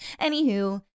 anywho